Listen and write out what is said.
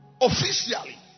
Officially